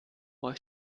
euch